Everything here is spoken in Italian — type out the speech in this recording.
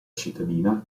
cittadina